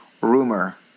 Rumor